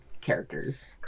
characters